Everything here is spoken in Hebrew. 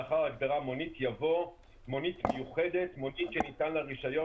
לאחר ההגדרה "מונית" יבוא: ""מונית מיוחדת" מונית שניתן לה רשיון